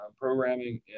Programming